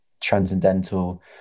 transcendental